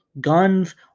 guns